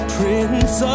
Prince